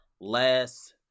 last